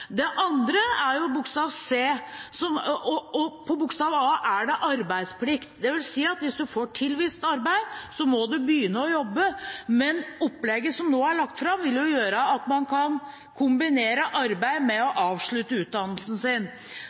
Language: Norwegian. Og under bokstav a er det arbeidsplikt, dvs. at hvis man får tilvist arbeid, så må man begynne å jobbe. Men opplegget som nå er lagt fram, vil jo gjøre at man kan kombinere arbeid med å avslutte utdannelsen sin.